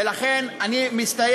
ולכן אני מציע